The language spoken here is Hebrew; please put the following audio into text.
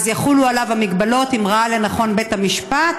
אז יחולו עליו ההגבלות אם ראה לנכון בית המשפט,